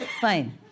fine